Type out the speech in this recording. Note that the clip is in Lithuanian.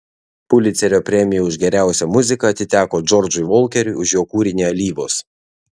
pulicerio premija už geriausią muziką atiteko džordžui volkeriui už jo kūrinį alyvos